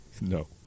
No